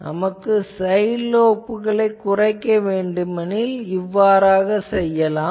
நமக்கு சைட் லோப்களைக் குறைக்க வேண்டுமென்றால் இவற்றைச் செய்யலாம்